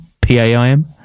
P-A-I-M